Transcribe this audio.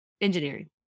engineering